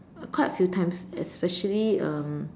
quite a few times especially um